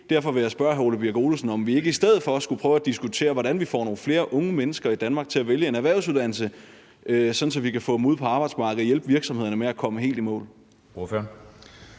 Birk Olesen, om vi ikke i stedet for skulle prøve at diskutere, hvordan vi får nogle flere unge mennesker i Danmark til at vælge en erhvervsuddannelse, sådan at vi kan få dem ud på arbejdsmarkedet og hjælpe virksomhederne med at komme helt i mål.